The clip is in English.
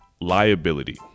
liability